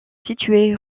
situé